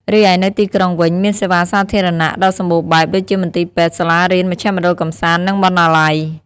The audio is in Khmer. រីឯនៅទីក្រុងវិញ មានសេវាសាធារណៈដ៏សម្បូរបែប ដូចជាមន្ទីរពេទ្យ សាលារៀន មជ្ឈមណ្ឌលកម្សាន្ត និងបណ្ណាល័យ។